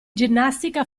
ginnastica